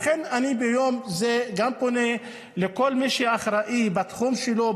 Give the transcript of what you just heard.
לכן אני ביום זה פונה לכל מי שאחראי בתחום שלו,